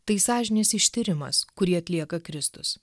tai sąžinės ištyrimas kurį atlieka kristus